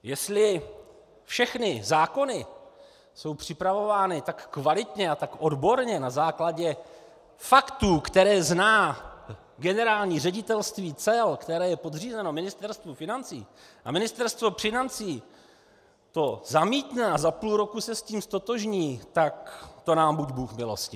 Jestli všechny zákony jsou připravovány tak kvalitně a tak odborně na základě faktů, které zná Generální ředitelství cel, které je podřízeno Ministerstvu financí, a Ministerstvo financí to zamítne a za půl roku se s tím ztotožní, tak to nám buď bůh milostiv!